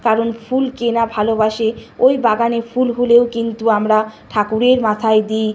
কারণ ফুল কে না ভালোবাসে ওই বাগানে ফুলগুলোও কিন্তু আমরা ঠাকুরের মাথায় দিই